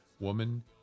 Woman